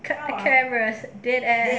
cut the cameras big ass